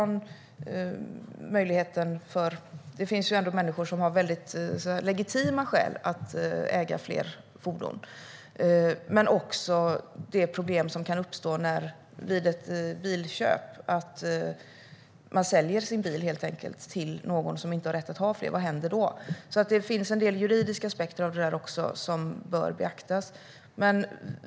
Det finns ändå människor som har väldigt legitima skäl att äga flera fordon. Det kan också uppstå problem vid ett bilköp. Om man helt enkelt säljer sin bil till någon som inte har rätt att ha fler, vad händer då? Det finns en del juridiska aspekter av det som bör beaktas.